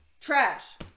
trash